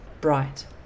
Bright